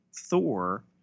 thor